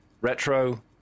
Retro